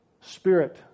Spirit